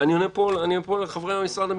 אני אומר פה לחברי משרד המשפטים,